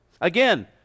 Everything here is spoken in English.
Again